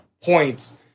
points